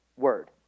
Word